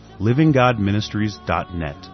livinggodministries.net